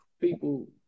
people